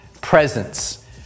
presence